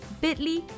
bit.ly